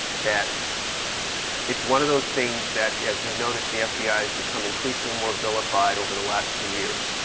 that it's one of those things that as you notice, the fbi has become increasingly more vilified over the last two years.